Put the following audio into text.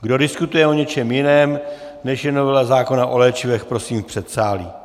Kdo diskutuje o něčem jiném, než je novela zákona o léčivech, prosím v předsálí.